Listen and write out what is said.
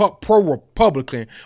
pro-Republican